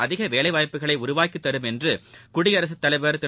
அதிக வேலைவாய்ப்புகளை உருவாக்கி தரும் என்று குடியரசுத்தலைவர் திரு